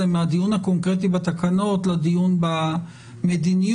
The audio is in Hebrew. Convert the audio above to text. מהדיון הקונקרטי בתקנות לדיון במדיניות,